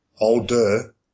older